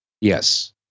yes